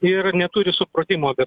ir neturi supratimo apie